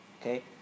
okay